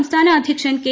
സംസ്ഥാന അധ്യക്ഷൻ കെ